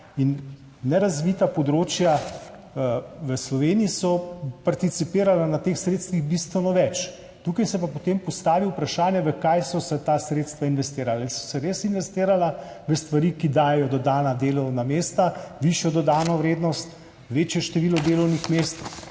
In nerazvita področja v Sloveniji so participirala na teh sredstvih bistveno bolj. Tukaj se pa potem postavi vprašanje, v kaj so se ta sredstva investirala. Ali so se res investirala v stvari, ki dajejo dodana delovna mesta, višjo dodano vrednost, večje število delovnih mest,